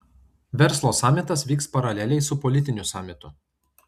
verslo samitas vyks paraleliai su politiniu samitu